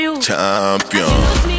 Champion